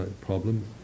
Problems